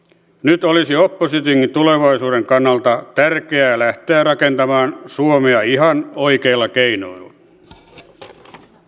nyt olisi oppositionkin tulevaisuuden kannalta tärkeää lähteä rakentamaan suomea ihan oikeilla keinoilla j